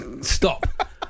Stop